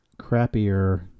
crappier